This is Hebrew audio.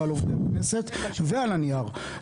ועל עובדי הכנסת ועל הנייר.